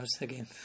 again